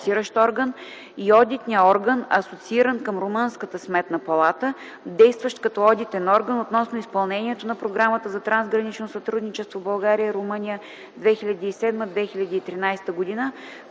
ОРГАН И ОДИТНИЯ ОРГАН (АСОЦИИРАН КЪМ РУМЪНСКАТА СМЕТНА ПАЛАТА), ДЕЙСТВАЩ КАТО ОДИТЕН ОРГАН, ОТНОСНО ИЗПЪЛНЕНИЕТО НА ПРОГРАМАТА ЗА ТРАНСГРАНИЧНО СЪТРУДНИЧЕСТВО БЪЛГАРИЯ – РУМЪНИЯ (2007-2013 Г.),